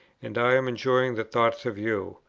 and i am enjoying the thought of you.